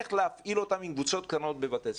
איך להפעיל אותם עם קבוצות קטנות בבתי ספר?